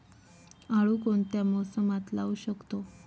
आळू कोणत्या मोसमात लावू शकतो?